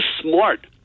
smart